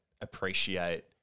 appreciate